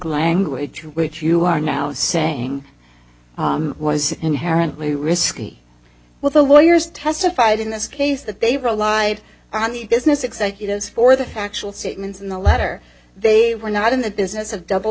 language which you are now saying was inherently risky well the lawyers testified in this case that they relied on the business executives for the factual statements in the letter they were not in the business of double